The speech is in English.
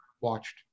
watched